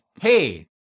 hey